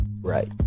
right